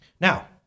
Now